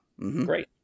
great